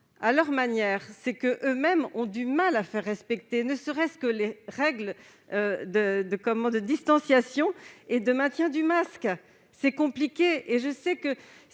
À leur manière, ils m'ont expliqué qu'ils avaient du mal à faire respecter ne serait-ce que les règles de distanciation et de maintien du masque. C'est compliqué, et je sais que,